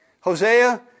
Hosea